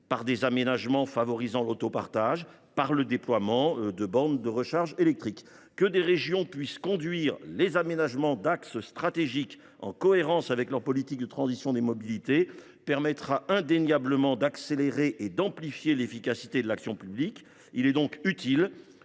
par des aménagements favorisant l’autopartage ou par le déploiement de bornes de recharge électriques. La possibilité offerte aux régions de conduire l’aménagement d’axes stratégiques en cohérence avec leur politique de transition des mobilités permettra indéniablement d’accélérer et d’amplifier l’efficacité de l’action publique. Il est donc utile